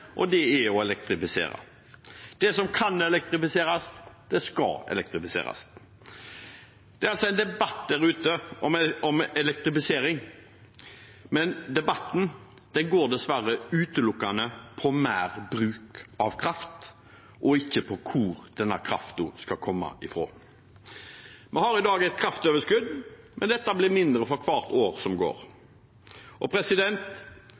og det er å elektrifisere. Det som kan elektrifiseres, det skal elektrifiseres. Det er altså en debatt der ute om elektrifisering, men debatten går dessverre utelukkende på mer bruk av kraft, og ikke på hvor denne kraften skal komme fra. Vi har i dag et kraftoverskudd, men dette blir mindre for hvert år som går, og